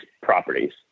properties